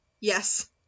yes